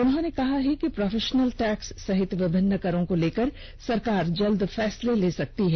उन्हॉने कहा है कि प्रोफेषनल टैक्स सहित विभिन्न करों को लेकर सरकार जल्द फैसले ले सकती है